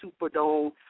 Superdome